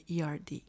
ERD